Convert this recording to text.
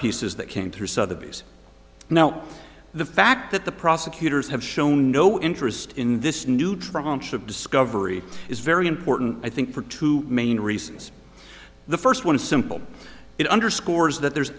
pieces that came through so the bees now the fact that the prosecutors have shown no interest in this new tranche of discovery is very important i think for two main reasons the first one is simple it underscores that there's